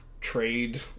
trade